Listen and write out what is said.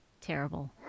Terrible